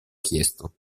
chiesto